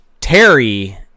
Terry